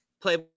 play